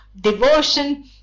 devotion